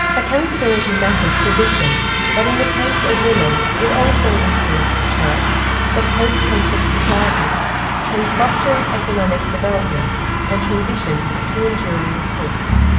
accountability matters to victims, but in the case of women it also improves the chance that post-conflict societies can foster economic development and transition to enduring peace.